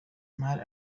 male